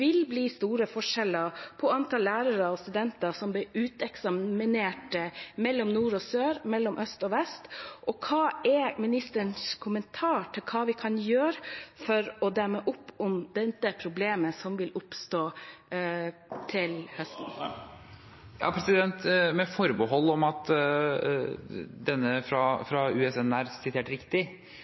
vil bli store forskjeller i antall lærere og studenter som blir uteksaminert mellom nord og sør, og mellom øst og vest? Hva er ministerens kommentar til hva vi kan gjøre for å demme opp for det problemet som vil oppstå? Med forbehold om at denne førstelektoren fra Universitetet i Sørøst-Norge er sitert riktig,